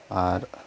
ᱟᱨ